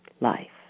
life